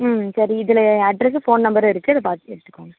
ம் சரி இதிலே அட்ரெஸ்ஸு போன் நம்பரு இருக்குது இது பார்த்து எடுத்துக்கோங்க